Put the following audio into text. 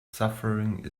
suffering